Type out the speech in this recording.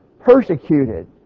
Persecuted